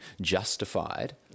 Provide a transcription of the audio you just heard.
justified